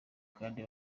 kandi